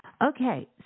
Okay